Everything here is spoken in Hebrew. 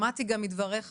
שמעתי גם מדבריך,